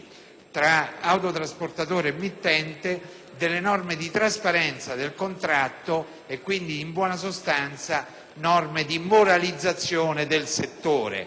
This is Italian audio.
tra autotrasportatori e mittente, delle norme di trasparenza del contratto e quindi di moralizzazione del settore,